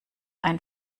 ein